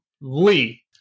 Lee